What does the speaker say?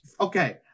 Okay